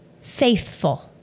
faithful